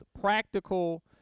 practical